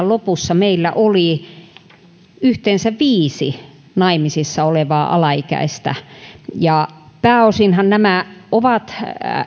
lopussa meillä oli yhteensä viisi naimisissa olevaa alaikäistä ja pääosinhan nämä liitot ovat